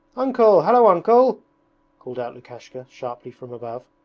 uncle! hallo, uncle called out lukashka sharply from above,